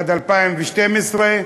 עד 2012,